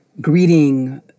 greeting